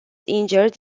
injured